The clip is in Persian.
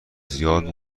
زیاد